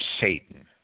Satan